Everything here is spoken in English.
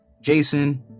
jason